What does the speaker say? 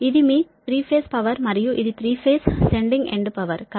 ఇది మీ 3 phase power మరియు ఇది 3 ఫేజ్ సెండింగ్ ఎండ్ పవర్ కాబట్టి 53